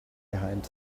behind